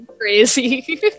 crazy